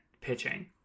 pitching